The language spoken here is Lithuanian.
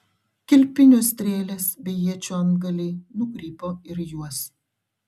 kilpinių strėlės bei iečių antgaliai nukrypo ir į juos